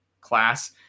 class